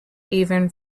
even